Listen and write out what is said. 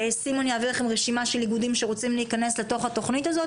סימון יעביר לכם רשימה של איגודים שרוצים להיכנס לתוך התוכנית הזאת.